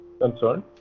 concerned